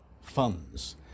funds